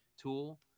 tool